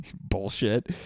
bullshit